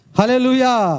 Hallelujah